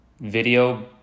video